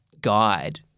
guide